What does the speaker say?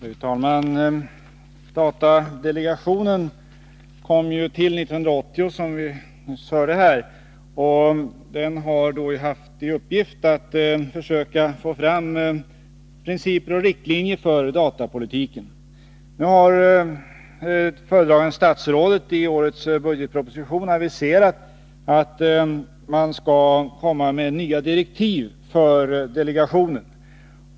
Fru talman! Datadelegationen kom till 1980, som vi nyss hörde, och den har haft i uppgift att försöka få fram principer och riktlinjer för datapolitiken. Nu har föredragande statsrådet i årets budgetproposition aviserat att man skall komma med nya direktiv för delegationen.